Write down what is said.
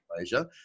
Asia